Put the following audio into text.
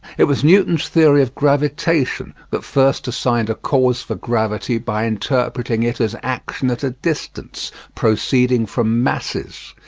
it was newton's theory of gravitation that first assigned a cause for gravity by interpreting it as action at a distance, proceeding from masses.